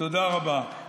תודה רבה.